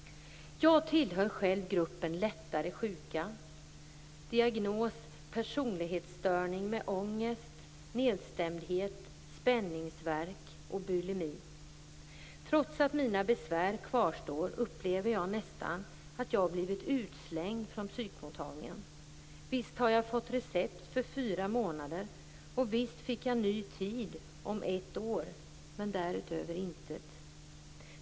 Jag tillhör själv gruppen 'lättare sjuka'. Diagnos: Personlighetsstörning med ångest, nedstämdhet, spänningsvärk och bulimi. Trots att mina besvär kvarstår, upplever jag nästan att jag har blivit 'utslängd' från psykmottagningen. Visst har jag fått recept för fyra månader, och visst fick jag ny tid om ett år. Men därutöver intet.